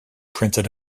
printed